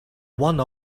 one